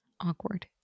Awkward